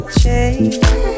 change